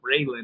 Raylan